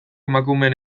emakumeen